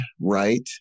right